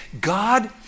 God